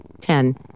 Ten